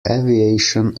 aviation